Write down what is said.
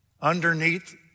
underneath